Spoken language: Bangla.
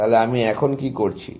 তাহলে আমি এখন কি করছি